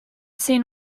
seen